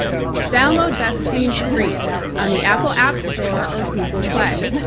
download best fiends free on the apple app store or google play.